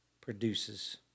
produces